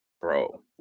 Bro